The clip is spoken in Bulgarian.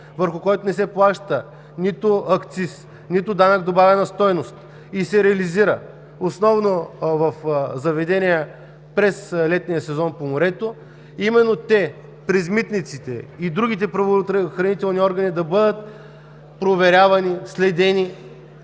върху който не се плаща нито акциз, нито ДДС, а се реализира основно в заведения през летния сезон по морето, именно те чрез митниците и другите правоохранителни органи да бъдат проверявани, следени.